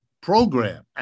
program